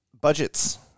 budgets